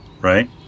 right